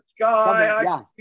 sky